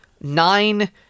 nine